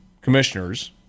commissioners